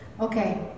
Okay